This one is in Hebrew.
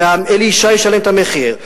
ואלי ישי ישלם את המחיר.